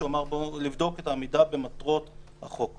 שאמר: לבדוק את העמידה במטרות החוק.